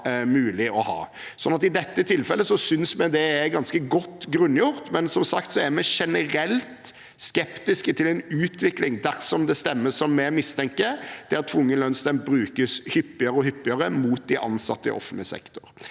I dette tilfellet synes vi det er ganske godt grunngjort. Men som sagt er vi generelt skeptiske til en utvikling – dersom det vi mistenker, stemmer – der tvungen lønnsnemnd brukes hyppigere og hyppigere mot de ansatte i offentlig sektor.